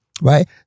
right